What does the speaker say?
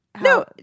No